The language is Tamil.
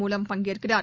மூலம் பங்கேற்கிறார்